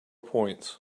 points